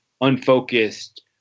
unfocused